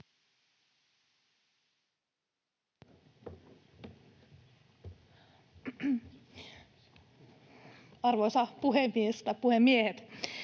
Arvoisa puhemies — tai puhemiehet!